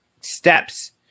steps